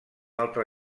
altre